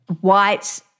white